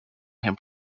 him